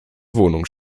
wohnung